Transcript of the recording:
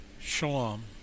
Shalom